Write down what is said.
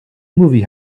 movie